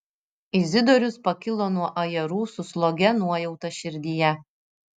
izidorius pakilo nuo ajerų su slogia nuojauta širdyje